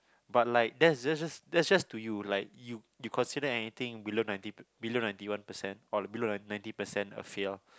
but like that's jus~ that's just to you like you you consider anything below ninety below ninety one percent or below ninety percent a fail